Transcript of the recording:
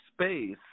space